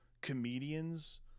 comedians